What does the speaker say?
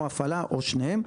או הפעלה או שניהם,